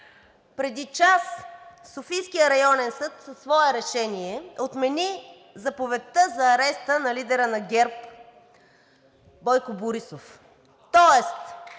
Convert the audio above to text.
Преди час Софийският районен съд със свое решение отмени заповедта за ареста на лидера на ГЕРБ Бойко Борисов. (Бурни